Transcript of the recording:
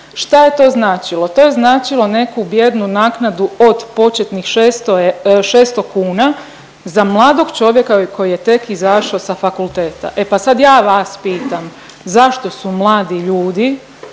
Šta je to značilo? To je značilo neku bijednu naknadu od početnih 600 kuna, za mladog čovjeka koji je tek izašao sa fakulteta. E pa sad ja vas pitam zašto su mladi ljudi